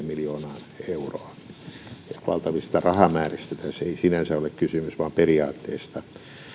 miljoonaa euroa niin että valtavista rahamääristä tässä ei sinänsä ole kysymys vaan periaatteesta